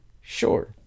sure